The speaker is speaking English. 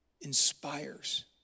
inspires